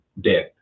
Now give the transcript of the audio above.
death